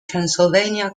transylvania